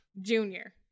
Junior